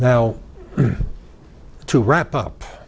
now to wrap up